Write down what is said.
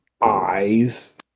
eyes